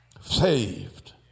Saved